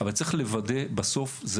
וצריך לנהל את